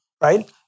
right